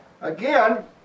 Again